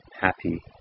happy